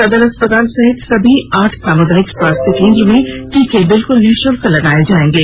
सदर अस्पताल सहित सभी आठ सामुदायिक स्वास्थ्य केंद्र में टीके बिल्कुल निशुल्क लगाए जाएंगे